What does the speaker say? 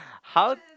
how